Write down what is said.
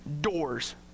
doors